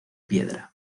piedra